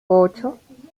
ocho